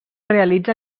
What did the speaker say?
realitza